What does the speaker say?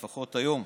לפחות היום.